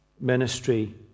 ministry